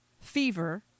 fever